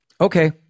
Okay